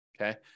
okay